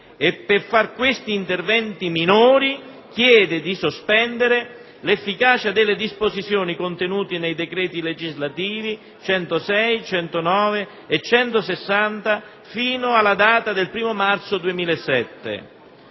realizzare questi interventi minori, chiede di sospendere l'efficacia delle disposizioni contenute nei decreti legislativi nn. 106, 109 e 160 del 2006, fino alla data del primo marzo del 2007.